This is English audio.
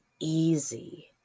easy